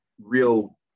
real